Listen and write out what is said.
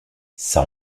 ça